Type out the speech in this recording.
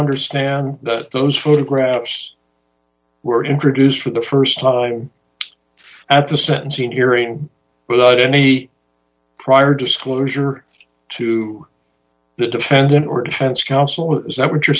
understand those photographs were introduced for the st time at the sentencing hearing without any prior disclosure to the defendant or defense counsel is that what you're